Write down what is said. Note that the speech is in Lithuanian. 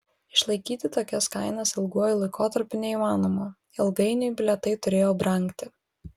išlaikyti tokias kainas ilguoju laikotarpiu neįmanoma ilgainiui bilietai turėjo brangti